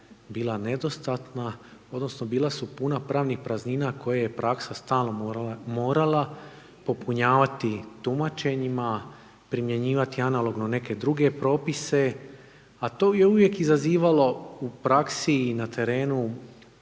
bila nedostatna odnosno bila su puna pravnih praznina koje je praksa stalno morala popunjavati tumačenjima, primjenjivati analogno neke druge propise, a to je uvijek izazivalo u praksi i na terenu